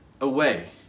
away